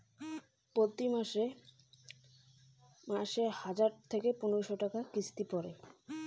প্রতি মাসে কতো টাকা করি কিস্তি পরে?